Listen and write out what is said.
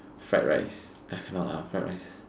fried rice I forgot lah fried rice